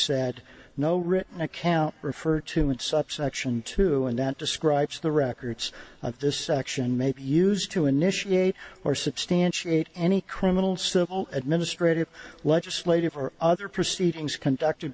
said no written account referred to in subsection two and that describes the records of this action may be used to initiate or substantiate any criminal civil administrative legislative or other proceedings conducted